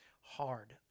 hard